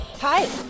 Hi